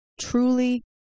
truly